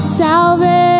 salvation